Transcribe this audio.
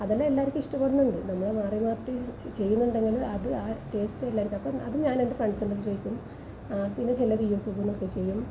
അതെല്ലാം എല്ലാവർക്കും ഇഷ്ടപ്പെടുന്നുണ്ട് നമ്മള് മാറി മാറ്റി ചെയ്യുന്നത് കൊണ്ടങ്ങനെ അത് ആ ടേസ്റ്റ് എല്ലാവർക്കും അത് അപ്പം പിന്നെ ചിലത് അതും ഞാൻ എൻ്റെ ഫ്രണ്ട്സിൻറ്റടുത്ത് ചോദിക്കും പിന്നെ ചിലത് യു ട്യൂബിൽ നിന്നൊക്കെ ചെയ്യും